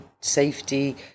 safety